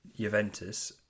Juventus